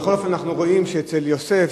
בכל אופן אנחנו רואים אצל יוסף,